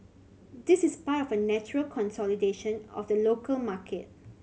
this is part of a natural consolidation of the local market